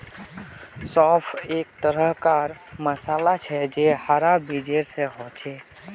सौंफ एक तरह कार मसाला छे जे हरा बीजेर सा होचे